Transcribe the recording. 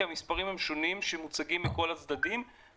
כי המספרים שמוצגים מכל הצדדים הם שונים.